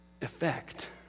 effect